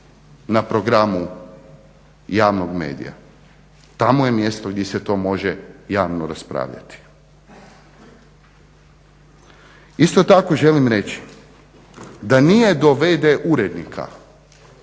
na programu javnog medija. Tamo je mjesto gdje se to može javno raspravljati. Isto tako želim reći da nije do vd urednika